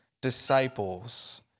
disciples